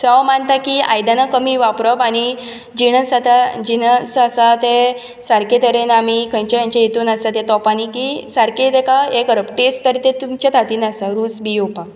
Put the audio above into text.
so हांव मानतां की आयदनां कमी वापरप आनी जिनस आता जिनस आसा ते सारके तरेन आमी खंयचे खंयचे हितून आसा ते तोपांनी की सारके तेका हे टेस्ट बीन तुमच्या हातीन आसा रूच बी येवपाक